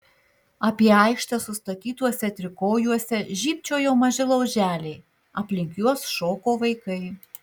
apie aikštę sustatytuose trikojuose žybčiojo maži lauželiai aplink juos šoko vaikai